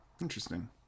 Interesting